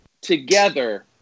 together